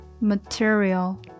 material